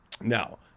Now